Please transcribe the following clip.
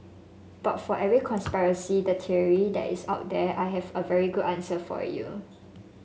but for every conspiracy theory that is out there I have a very good answer for you